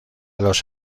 los